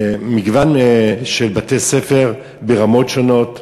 מגוון של בתי-ספר, ברמות שונות,